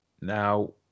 now